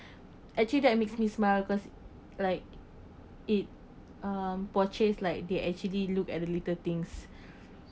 actually that makes me smile because like it uh like they actually looked at the little things